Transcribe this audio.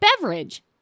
beverage